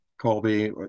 Colby